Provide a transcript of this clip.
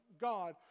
God